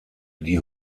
die